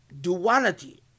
duality